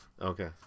Okay